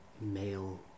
male